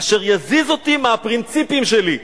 אשר יזיז אותי מהפרינציפים שלי.